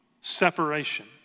separation